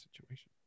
situation